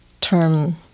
term